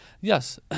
Yes